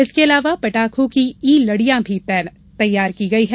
इसके अलावा पटाखों की ई लड़ियां भी तैयार की गई हैं